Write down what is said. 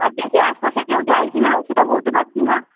আর দেখি আশপাশের কেউ যায় কি না সেটা বলতে পারছি না